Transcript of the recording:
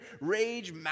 rage